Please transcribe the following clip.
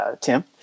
Tim